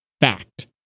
Fact